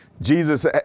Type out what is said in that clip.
Jesus